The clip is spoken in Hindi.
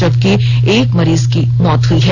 जबकि एक मरीज की मौत हई है